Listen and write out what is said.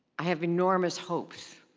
i have enormous hopes.